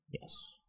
Yes